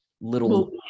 little